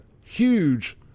huge